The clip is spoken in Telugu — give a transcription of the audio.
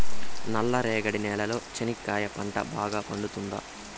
నల్ల రేగడి నేలలో చెనక్కాయ పంట బాగా పండుతుందా?